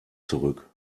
zurück